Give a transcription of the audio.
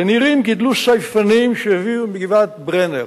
בנירים גידלו סייפנים שהביאו מגבעת-ברנר,